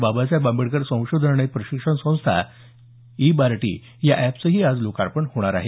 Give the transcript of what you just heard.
बाबासाहेब आंबेडकर संशोधन आणि प्रशिक्षण संस्थेच्या ई बार्टी या अॅपचंही आज लोकार्पण होणार आहे